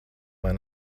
vai